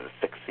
six